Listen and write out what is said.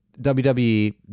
WWE